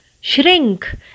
Shrink